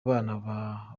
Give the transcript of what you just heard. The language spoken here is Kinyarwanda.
bana